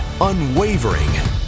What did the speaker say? unwavering